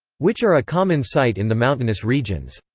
which are a common sight in the mountainous regions.